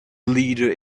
leader